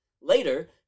Later